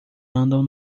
andam